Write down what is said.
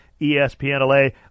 ESPNLA